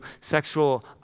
sexual